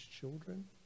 children